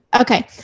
okay